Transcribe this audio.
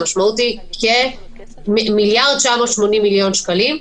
המשמעות היא כ-1.980 מיליארד שקלים.